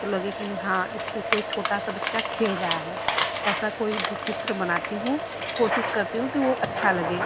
तो लगे कि नहीं हाँ इसके कोई छोटा सा बच्चा खेल रहा हैं ऐसा कोई भी चित्र बनाती हूँ कोशिश करती हूँ कि वो अच्छा लगे